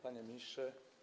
Panie Ministrze!